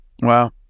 Wow